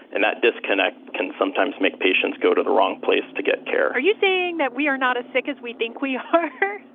and that disconnect can sometimes make patients go to the wrong place to get care are you saying that we are not as sick as we think we are?